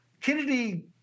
Kennedy